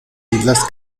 islas